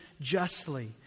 justly